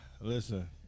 Listen